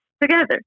together